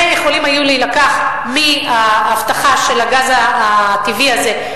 והיו יכולים להילקח מההבטחה של הגז הטבעי הזה,